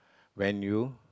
when you